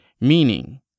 meaning